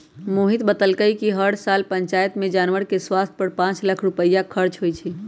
मोहित बतलकई कि हर साल पंचायत में जानवर के स्वास्थ पर पांच लाख रुपईया खर्च होई छई